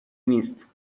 نیست